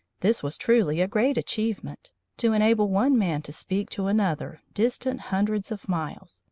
this was truly a great achievement to enable one man to speak to another distant hundreds of miles,